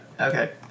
Okay